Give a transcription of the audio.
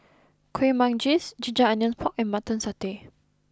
Kuih Manggis Ginger Onions Pork and Mutton Satay